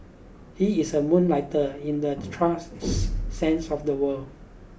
he is a moonlighter in the trusts sense of the world